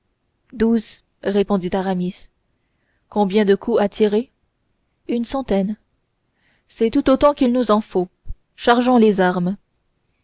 douze répondit aramis combien de coups à tirer une centaine c'est tout autant qu'il nous en faut chargeons les armes